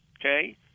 Okay